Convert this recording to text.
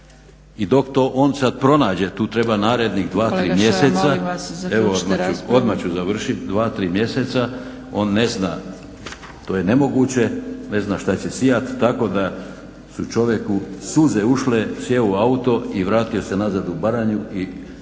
Odmah ću završit. Dva-tri mjeseca on ne zna, to je nemoguće, ne zna što će sijat tako da su čovjeku suze ušle, sjeo u auto i vratio se nazad u Baranju.